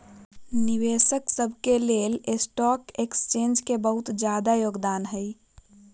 निवेशक स के लेल स्टॉक एक्सचेन्ज के बहुत जादा योगदान हई